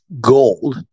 gold